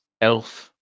elf